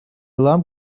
alarm